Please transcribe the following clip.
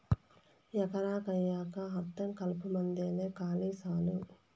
ఎకరా కయ్యికా అర్థం కలుపుమందేలే కాలి సాలు